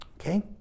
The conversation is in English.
Okay